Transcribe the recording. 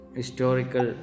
historical